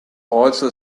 also